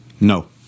No